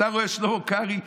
אתה רואה, שלמה קרעי,